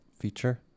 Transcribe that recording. feature